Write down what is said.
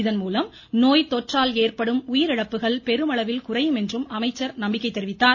இதன்மூலம் நோய் தொற்றால் ஏற்படும் உயிரிழப்புகள் பெருமளவில் குறையும் என்றும் அமைச்சர் நம்பிக்கை தெரிவித்தார்